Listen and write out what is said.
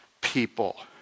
people